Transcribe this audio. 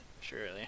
Surely